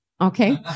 Okay